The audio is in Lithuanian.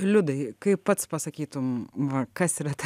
liudai kaip pats pasakytum va kas yra ta